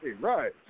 right